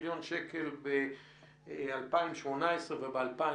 של 500 מיליון שקלים ב-2018 וב-2019.